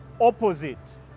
opposite